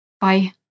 Bye